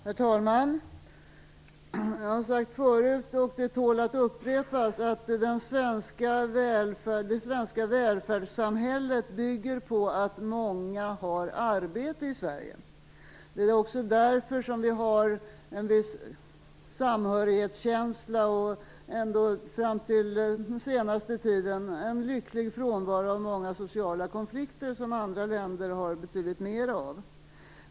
Herr talman! Jag har sagt förut, och det tål att upprepas, att det svenska välfärdssamhället bygger på att många har arbete i Sverige. Det är också därför vi har en viss samhörighetskänsla och ändå, fram till den senaste tiden, en lycklig frånvaro av många sociala konflikter som andra länder har betydligt mera av.